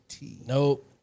Nope